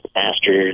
master